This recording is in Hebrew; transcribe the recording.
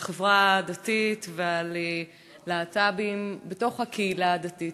על החברה והדתית ולהט"בים בתוך הקהילה הדתית.